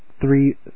three